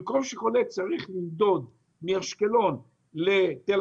במקום שחולה יצטרך לנדוד מאשקלון לתל